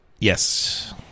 Yes